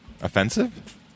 offensive